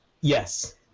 Yes